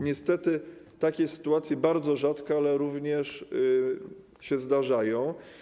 Niestety takie sytuacje bardzo rzadko, ale również się zdarzają.